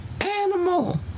animal